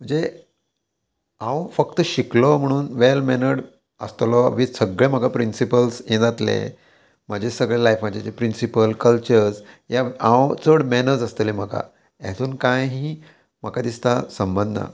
म्हणजे हांव फक्त शिकलो म्हणून वेल मॅनर्ड आसतलो वीथ सगळें म्हाका प्रिंसिपल्स हें जातलें म्हाजें सगळें लायफाचे जे प्रिंसिपल कल्चर्स ह्या हांव चड मॅनर्स आसतले म्हाका हेतून कांय ही म्हाका दिसता संबंद ना